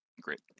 Great